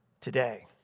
today